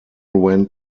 went